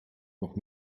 noch